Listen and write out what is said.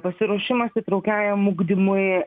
pasiruošimas įtraukiam ugdymui